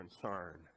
concern